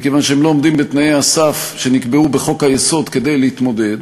מכיוון שהם לא עומדים בתנאי הסף שנקבעו בחוק-היסוד כדי להתמודד,